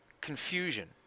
confusion